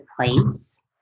place